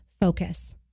focus